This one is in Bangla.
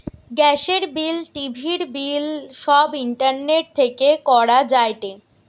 গ্যাসের বিল, টিভির বিল সব ইন্টারনেট থেকে করা যায়টে